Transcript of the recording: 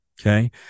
Okay